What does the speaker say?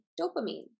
dopamine